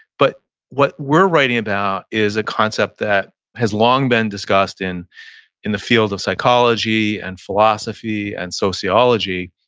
but what we're writing about is a concept that has long been discussed in in the field of psychology, and philosophy, and sociology.